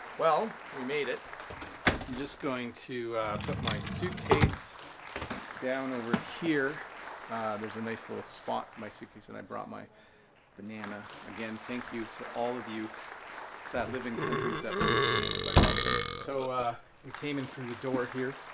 well, we made it. i'm just going to put my suitcase down over here there's a nice little spot for my suitcase, and i brought my banana. again, thank you to all of you that live in countries that produce bananas. i love them. so we came in through the door here.